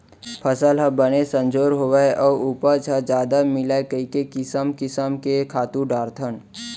फसल ह बने संजोर होवय अउ उपज ह जादा मिलय कइके किसम किसम के खातू डारथन